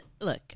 Look